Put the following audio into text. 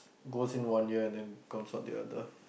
goes in one ear then comes out the other